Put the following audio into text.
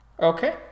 Okay